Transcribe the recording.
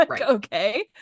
okay